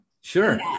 Sure